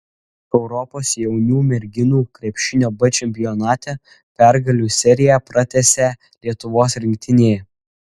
europos jaunių merginų krepšinio b čempionate pergalių seriją pratęsė lietuvos rinktinė